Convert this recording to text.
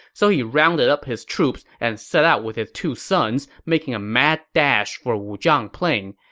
so he rounded up his troops and set out with his two sons, making a mad dash for wuzhang plain.